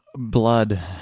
Blood